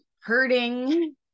hurting